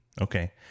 Okay